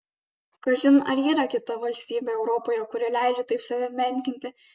kažin ar yra kita valstybė europoje kuri leidžia taip save menkinti